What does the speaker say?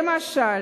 למשל